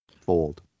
Fold